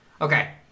Okay